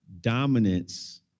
dominance